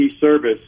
service